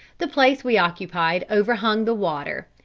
the place we occupied overhung the water,